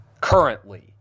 currently